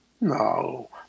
no